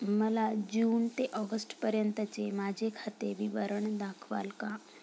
मला जून ते ऑगस्टपर्यंतचे माझे खाते विवरण दाखवाल का?